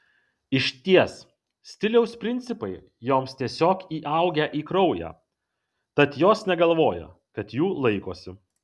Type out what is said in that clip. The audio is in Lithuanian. išties stiliaus principai joms tiesiog įaugę į kraują tad jos negalvoja kad jų laikosi